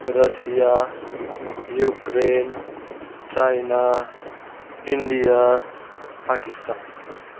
Russia Ukraine China India Pakistan